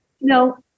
no